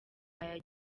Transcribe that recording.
aya